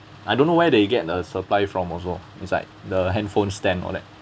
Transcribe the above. I don't know where they get the supply from also it's like the handphone stand all like